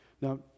Now